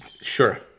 Sure